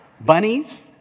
bunnies